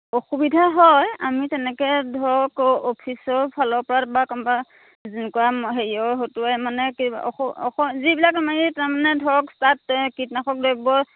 অসুবিধা হয় আমি তেনেকৈ ধৰক অফিচৰফালৰপৰা বা কোনবা হেৰিয়ৰ হতুৱাই মানে যিবিলাক আমাৰ এই তাৰমানে ধৰক তাত কীটনাশক দ্ৰব্য